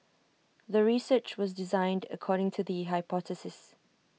the research was designed according to the hypothesis